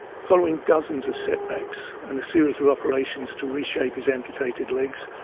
following dozens of setbacks and a series of operations to reshape his amputated legs,